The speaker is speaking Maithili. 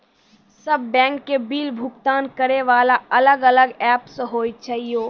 सब बैंक के बिल भुगतान करे वाला अलग अलग ऐप्स होय छै यो?